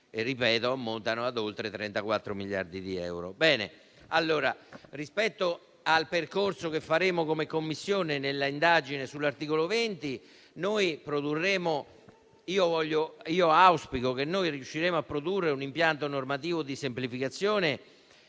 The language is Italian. ripeto - ammontano ad oltre 34 miliardi di euro.